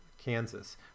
Kansas